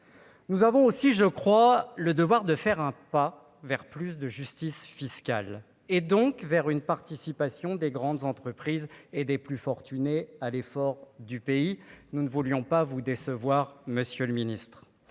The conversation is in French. Nous avons aussi je crois, le devoir de faire un pas vers plus de justice fiscale et donc vers une participation des grandes entreprises et des plus fortunés à l'effort du pays, nous ne voulions pas vous décevoir monsieur le Ministre,